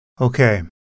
Okay